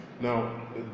Now